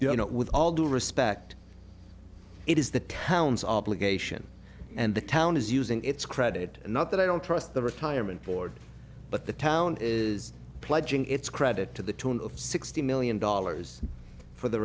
you know with all due respect it is the town's obligation and the town is using its credit not that i don't trust the retirement board but the town is pledging its credit to the tune of sixty million dollars for the